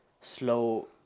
slow